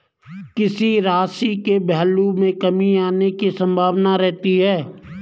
किसी राशि के वैल्यू में कमी आने की संभावना रहती है